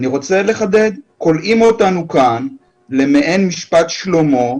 אני רוצה לחדד: קוראים אותנו כאן למעין משפט שלמה,